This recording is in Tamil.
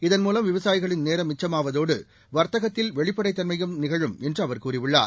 இதன்மூலம் விவசாயிகளின் நேரம் மிச்சமாவதோடு வர்த்தகத்தில் வெளிப்படைத்தன்மையும் நிகழும் என்று அவர் கூறியுள்ளார்